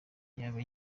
yaba